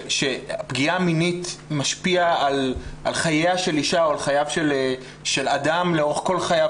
פגיעה מינית משפיעה על חייה של אישה או חייו של אדם לאורך כל חייו